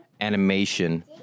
animation